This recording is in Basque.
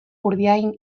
urdiain